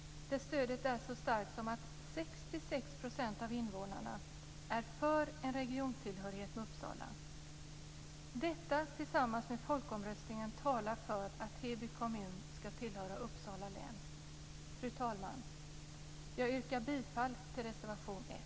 Stödet är så starkt att 66 % av invånarna är för en regiontillhörighet med Uppsala. Detta tillsammans med folkomröstningen talar för att Fru talman! Jag yrkar bifall till reservation 1.